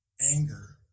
Anger